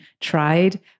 tried